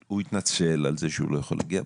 הוא התנצל על זה שהוא לא יכול להגיע,